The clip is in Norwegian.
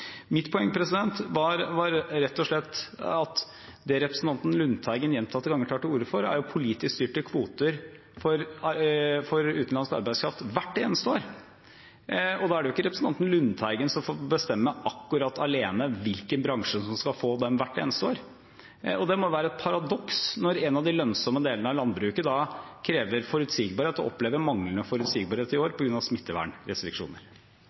Mitt poeng var rett og slett at det representanten Lundteigen gjentatte ganger tar til orde for, er politisk styrte kvoter for utenlandsk arbeidskraft hvert eneste år, og da er det ikke representanten Lundteigen som får bestemme alene akkurat hvilken bransje som skal få den hvert eneste år. Det må være et paradoks når en av de lønnsomme delene av landbruket da krever forutsigbarhet og opplever manglende forutsigbarhet i år på grunn av smittevernrestriksjoner.